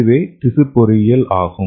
இதுவே திசு பொறியியல் ஆகும்